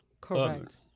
Correct